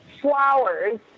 flowers